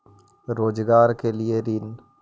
रोजगार के लिए ऋण?